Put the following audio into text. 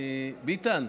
ביטן,